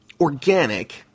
organic